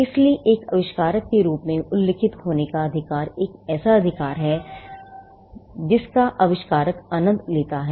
इसलिए एक आविष्कारक के रूप में उल्लिखित अधिकार एक ऐसा अधिकार है जिसका आविष्कारक आनंद लेता है